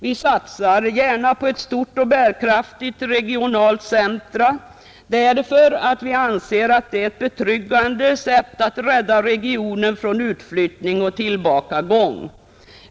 Vi satsar gärna på ett stort och bärkraftigt regionalt centrum därför att vi anser att det är ett betryggande sätt att rädda regionen från utflyttning och tillbakagång.